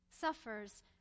suffers